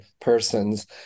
persons